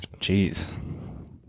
Jeez